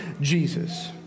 Jesus